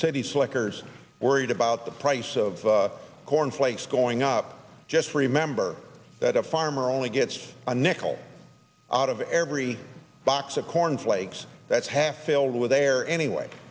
slickers worried about the price of corn flakes going up just remember that a farmer only gets a nickel out of every box of corn flakes that's half filled with air anyway